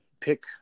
pick